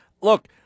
Look